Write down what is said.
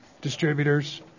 Distributors